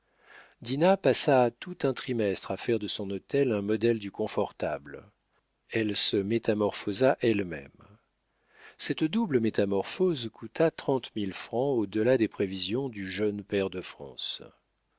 passa tout un trimestre à faire de son hôtel un modèle du comfortable elle se métamorphosa elle-même cette double métamorphose coûta trente mille francs au delà des prévisions du jeune pair de france